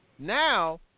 Now